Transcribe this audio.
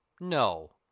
No